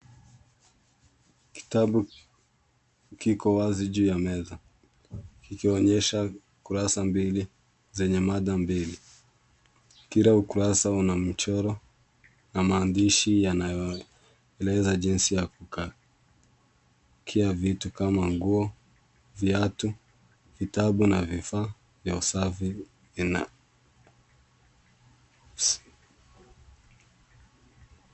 Kitabu kiko wazi juu ya meza ikionyesha kurasa mbili zenye mada mbili. Kila ukurasa una mchoro na maandishi yanayoeleza jinsi ya kukaa. Ikiwa vitu kama nguo, viatu, vitabu na vifaa vya usafi.